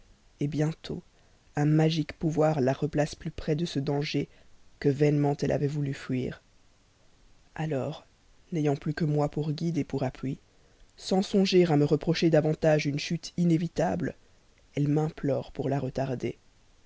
espace bientôt un magique pouvoir la replace plus près de ce même danger qu'elle venait de fuir avec tant d'efforts alors n'ayant plus que moi pour guide pour appui sans songer à me reprocher davantage une chute inévitable elle m'implore pour la retarder